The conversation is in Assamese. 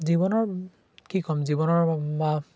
জীৱনৰ কি ক'ম জীৱনৰ বা